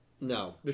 No